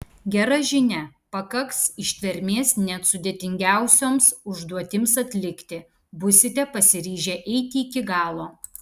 gera žinia pakaks ištvermės net sudėtingiausioms užduotims atlikti būsite pasiryžę eiti iki galo